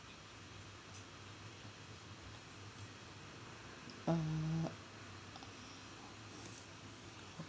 uh